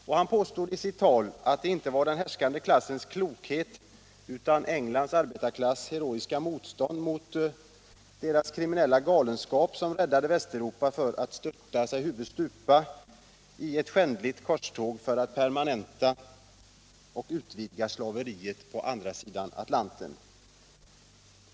Och han påstod i sitt tal att det ”inte var den härskande klassens klokhet utan Englands arbetarklass heroiska motstånd mot deras kriminella galenskap som räddade Västeuropa från att störta sig huvudstupa i ett skändligt korståg för att permanenta och utvidga slaveriet på andra sidan Atlanten”.